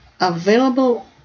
available